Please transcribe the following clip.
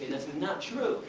this is not true,